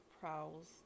prowls